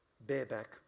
bareback